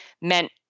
meant